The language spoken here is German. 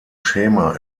schema